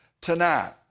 tonight